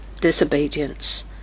disobedience